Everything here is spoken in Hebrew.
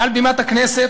מעל בימת הכנסת,